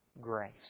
grace